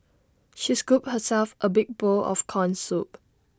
she scooped herself A big bowl of Corn Soup